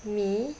me